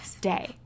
day